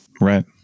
Right